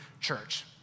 church